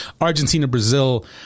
Argentina-Brazil